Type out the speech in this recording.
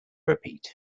repeat